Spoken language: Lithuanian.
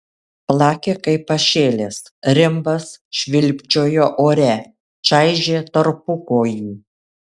plakė kaip pašėlęs rimbas švilpčiojo ore čaižė tarpukojį